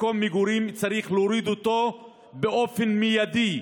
מקום מגורים, צריך להוריד אותו באופן מיידי,